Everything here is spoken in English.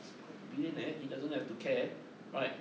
sp~ billionaire he doesn't have to care right